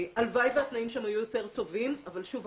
הלוואי והתנאים שם היו יותר טובים אבל שוב,